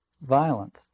violence